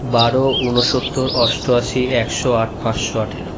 বারো ঊনসত্তর অষ্টআশি একশো আট পাঁচশো আঠেরো